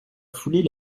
foulée